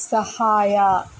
ಸಹಾಯ